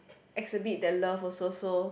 exhibit the love also so